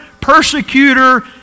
persecutor